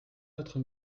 notre